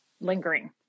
lingering